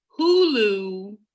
Hulu